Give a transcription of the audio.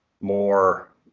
more